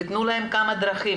ותנו להן כמה דרכים